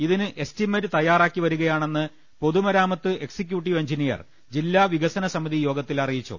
ഇതിന് എസ്റ്റിമേറ്റ് തയ്യാറാക്കി വരികയാണെന്ന് പൊതുമരാമത്ത് എക്സിക്യൂട്ടീവ് എഞ്ചിനീയർ ജില്ലാ വികസനസമിതി യോഗത്തിൽ അറിയിച്ചു